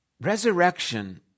Resurrection